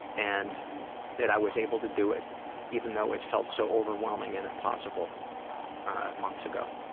and that i was able to do it even though it felt so overwhelming and impossible months ago.